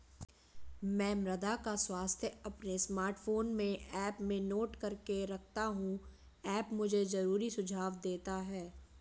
मैं मृदा का स्वास्थ्य अपने स्मार्टफोन में ऐप में नोट करके रखता हूं ऐप मुझे जरूरी सुझाव देता है